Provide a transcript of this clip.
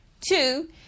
Two